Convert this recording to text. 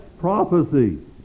prophecy